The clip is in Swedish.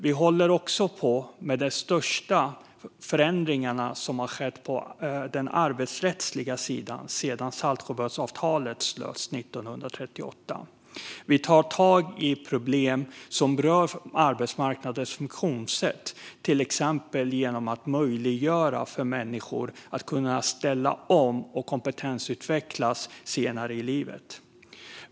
Vi håller också på med de största förändringarna som har skett på den arbetsrättsliga sidan sedan Saltsjöbadsavtalet slöts 1938. Vi tar tag i problem som rör arbetsmarknadens funktionssätt, till exempel genom att möjliggöra för människor att ställa om och kompetensutveckla sig senare i livet.